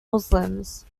muslims